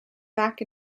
back